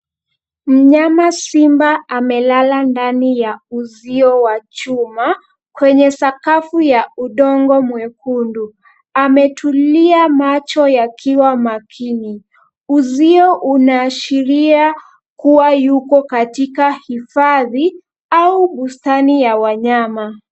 Mnyama simba amelala ndani ya uzio wa chuma kwenye sakafu ya udongo mwekundu. Ametulia macho yakiwa makini. Uzio unaashiria kuwa yuko katika hifadhi au bustani ya wanyama.